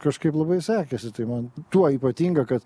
kažkaip labai sekėsi tai man tuo ypatinga kad